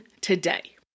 today